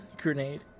grenade